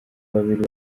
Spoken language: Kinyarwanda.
babiri